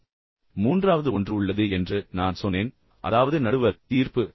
இப்போது மூன்றாவது ஒன்று உள்ளது என்று நான் சொன்னேன் அதாவது நடுவர் தீர்ப்பு